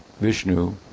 Vishnu